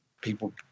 people